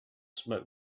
smoke